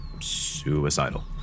suicidal